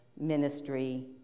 ministry